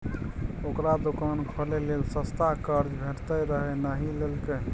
ओकरा दोकान खोलय लेल सस्ता कर्जा भेटैत रहय नहि लेलकै